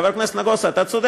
חבר הכנסת נגוסה, אתה צודק.